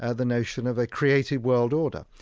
ah the notion of a creative world order,